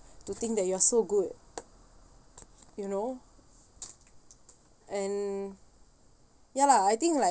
to think that you are so good you know and ya lah I think like